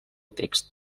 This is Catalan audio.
text